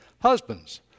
husbands